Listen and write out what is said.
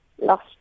lost